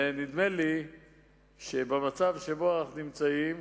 ונדמה לי שבמצב שבו אנחנו נמצאים,